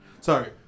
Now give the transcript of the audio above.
sorry